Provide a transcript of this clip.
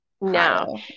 No